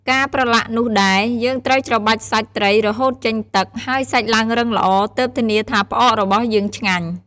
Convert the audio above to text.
ការប្រឡាក់នោះដែរ យើងត្រូវច្របាច់សាច់ត្រីរហូតចេញទឹក ហើយសាច់ឡើងរឹងល្អ ទើបធានាថាផ្អករបស់យើងឆ្ងាញ់។